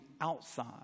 outside